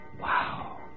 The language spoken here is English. Wow